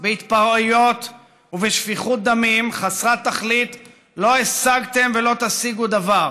בהתפרעויות ובשפיכות דמים חסרת תכלית לא השגתם ולא תשיגו דבר.